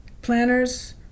planners